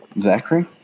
Zachary